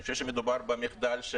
אני חושב שמדובר במחדל,